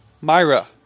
Myra